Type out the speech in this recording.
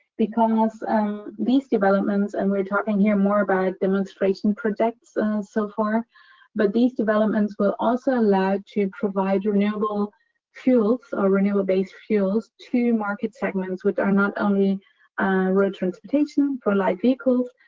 because these developments and we're talking here more about demonstration projects so far but these developments will also allow to provide renewable fuels or renewable based fuels to market segments which are not only road transportation for live vehicles,